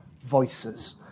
voices